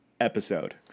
episode